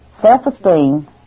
self-esteem